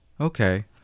Okay